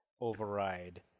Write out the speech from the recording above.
override